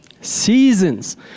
Seasons